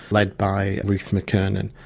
led by ruth mckernan.